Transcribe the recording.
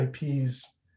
IPs